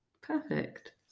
Perfect